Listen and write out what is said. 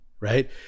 right